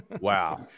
Wow